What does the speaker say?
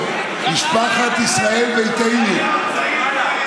ושתהיה הפרדה בין הרשות המבצעת,